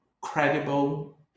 credible